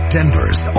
Denver's